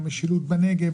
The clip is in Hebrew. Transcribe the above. משילות בנגב,